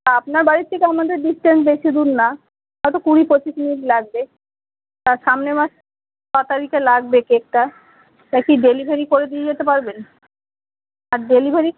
তা আপনার বাড়ির থেকে আমাদের ডিসটেন্স বেশি দূর না হয়তো কুড়ি পঁচিশ মিনিট লাগবে তা সামনের মাস ছ তারিখে লাগবে কেকটা তা কি ডেলিভারি করে দিয়ে যেতে পারবেন আর ডেলিভারি